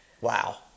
Wow